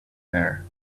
air